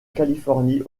californie